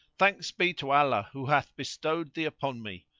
thanks be to allah who hath bestowed thee upon me!